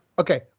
Okay